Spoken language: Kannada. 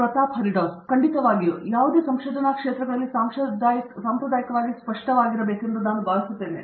ಪ್ರತಾಪ್ ಹರಿಡೋಸ್ ಖಂಡಿತವಾಗಿಯೂ ಯಾವುದೇ ಸಂಶೋಧನಾ ಕ್ಷೇತ್ರಗಳಲ್ಲಿ ಸಾಂಪ್ರದಾಯಿಕವಾಗಿ ಸ್ಪಷ್ಟವಾಗಿರಬಹುದು ಎಂದು ನಾನು ಭಾವಿಸುತ್ತೇನೆ